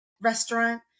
restaurant